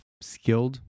skilled